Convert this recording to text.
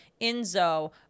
Enzo